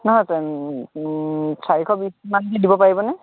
অঁ তে চাৰিশ বিশ মানকৈ দিব পাৰিবনে